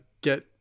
get